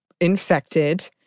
infected